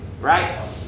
Right